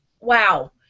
wow